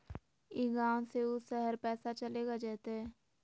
ई गांव से ऊ शहर पैसा चलेगा जयते?